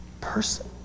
person